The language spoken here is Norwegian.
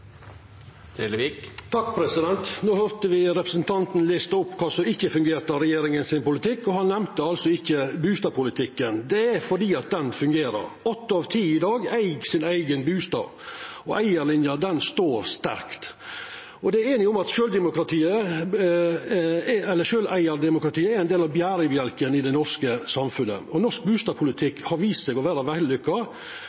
høyrde me representanten Lysbakken lista opp kva som ikkje fungerer av regjeringas politikk, og han nemnde ikkje bustadpolitikken. Det er fordi han fungerer. Åtte av ti eig i dag sin eigen bustad, og eigarlina står sterkt. Det er einigheit om at sjølveigardemokratiet er ein del av berebjelken i det norske samfunnet. Norsk